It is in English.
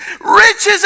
Riches